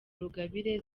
rugabire